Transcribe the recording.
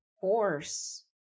force